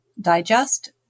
digest